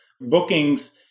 bookings